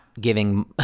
giving